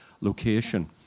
location